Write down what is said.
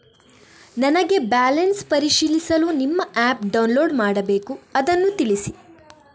ನನಗೆ ಬ್ಯಾಲೆನ್ಸ್ ಪರಿಶೀಲಿಸಲು ನಿಮ್ಮ ಆ್ಯಪ್ ಡೌನ್ಲೋಡ್ ಮಾಡಬೇಕು ಅದನ್ನು ತಿಳಿಸಿ?